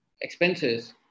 expenses